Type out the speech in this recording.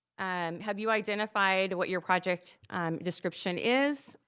and have you identified what your project description is?